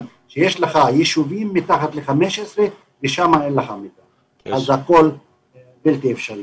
שיש לך יישובים מתחת ל-15 ושם אין מידע אז הכול בלתי אפשרי.